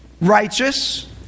righteous